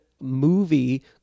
movie